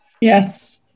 Yes